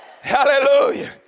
Hallelujah